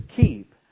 keep